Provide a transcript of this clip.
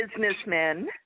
businessmen